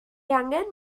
angen